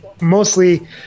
mostly